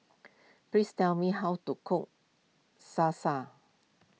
please tell me how to cook Salsa